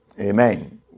Amen